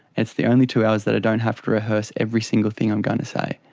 that's the only two hours that i don't half to rehearse every single thing i'm going to say.